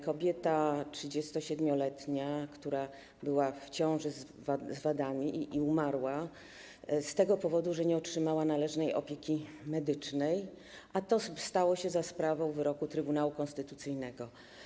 Kobieta 37-letnia, która była w ciąży z wadami, umarła z tego powodu, że nie otrzymała należnej opieki medycznej, a to stało się za sprawą wyroku Trybunału Konstytucyjnego.